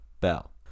Bell